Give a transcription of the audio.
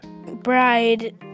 bride